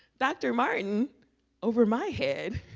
dr. martin over my head